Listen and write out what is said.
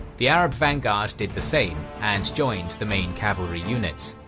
the arab vanguard did the same and joined the main cavalry units.